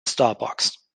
starbucks